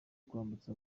kwambutsa